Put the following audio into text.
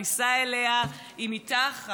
הכניסה אליה היא מתחת.